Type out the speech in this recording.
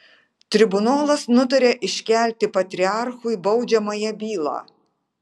tribunolas nutaria iškelti patriarchui baudžiamąją bylą